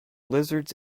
lizards